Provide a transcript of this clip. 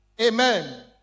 Amen